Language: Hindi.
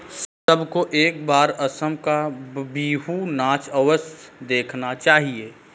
सबको एक बार असम का बिहू नाच अवश्य देखना चाहिए